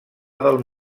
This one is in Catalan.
del